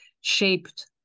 shaped